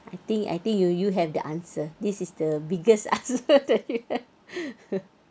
I think I think you you have the answer this is the biggest answer that you have